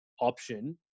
option